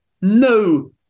no